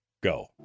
go